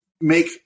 make